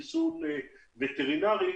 חיסון ווטרינרי.